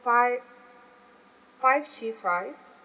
um five five cheese fries